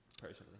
personally